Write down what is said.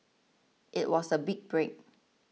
it was a big break